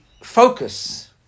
focus